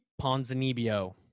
Ponzanibio